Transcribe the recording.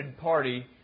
party